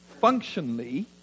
Functionally